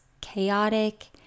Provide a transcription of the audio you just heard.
chaotic